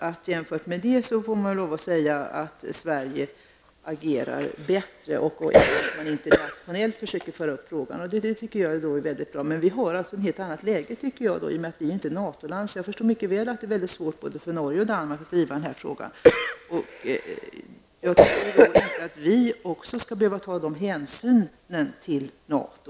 Vi får alltså lov att säga att Sverige agerar bättre. Och att man försöker föra upp frågan internationellt tycker jag är mycket bra. Men vi har ett helt annat läge i och med att Sverige inte är ett NATO-land. Jag förstår mycket väl att det är väldigt svårt för både Norge och Danmark att driva den här frågan. Men jag tycker inte att vi också skall behöva ta samma hänsyn till NATO.